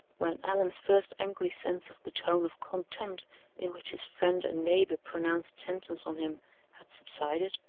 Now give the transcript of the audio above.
when allan's first angry sense of the tone of contempt in which his friend and neighbor pronounced sentence on him had subsided,